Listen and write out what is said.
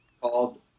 called